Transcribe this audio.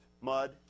mud